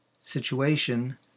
situation